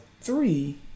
three